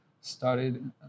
started